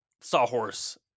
sawhorse